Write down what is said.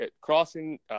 crossing